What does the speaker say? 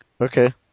okay